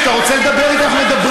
כשאתה רוצה לדבר אנחנו מדברים,